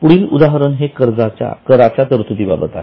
पुढील उदाहरण हे कराच्या तरतुदी बाबत आहे